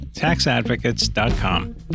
taxadvocates.com